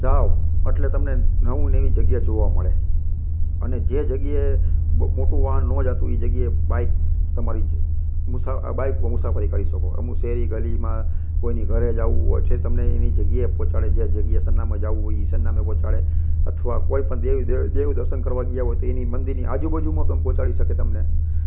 જાઓ એટલે તમને નવું નવી જગ્યા જોવા મળે અને જે જગ્યાએ મોટું વાહન નો જતું હોય એ જગ્યાએ બાઇક તમારી જ જ બાઇકમાં મુસાફરી કરી શકો અમુક શેરી ગલીમાં કોઈની ઘરે જવું હોય તમને એની જગ્યાએ પહોંચાડે છે જે જગ્યા સરનામે જવું હોય એ સરનામે પહોંચાડે અથવા કોઈપણ દેવ દેવી દેવ દર્શન કરવા ની જાવું તો એની મંદિરની આજુબાજુમાં પણ પહોંચાડી શકે તમને